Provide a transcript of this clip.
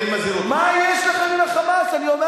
כל היום אתם עם ה"חמאס".